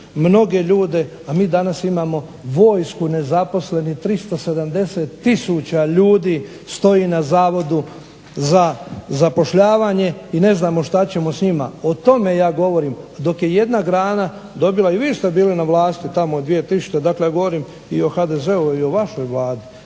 mnoge ljude, a mi danas imamo vojsku nezaposlenih 370000 ljudi stoji na Zavodu za zapošljavanje i ne znamo šta ćemo sa njima. O tome ja govorim. Dok je jedna grana dobila i vi ste bili na vlasti tamo od 2000. Dakle, ja govorim i o HDZ-u i o vašoj Vladi,